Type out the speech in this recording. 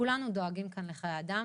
כולנו דואגים כאן לחיי אדם,